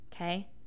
okay